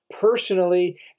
personally